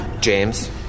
James